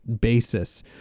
Basis